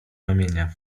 ramienia